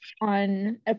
on